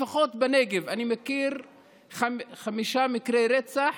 לפחות בנגב אני מכיר חמישה מקרי רצח